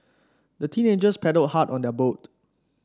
the teenagers paddled hard on their boat